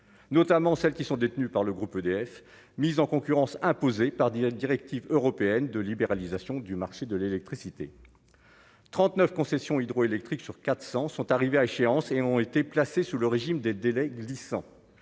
notamment celles qui sont détenues par le groupe EDF mise en concurrence imposés par 10 la directive européenne de libéralisation du marché de l'électricité 39 concessions hydroélectriques sur 400 sont arrivés à échéance et ont été placés sous le régime des délais glissants